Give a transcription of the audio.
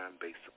based